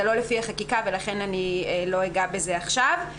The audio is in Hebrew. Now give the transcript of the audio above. זה לא לפי החקיקה, ולכן אני לא אגע בזה עכשיו.